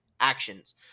actions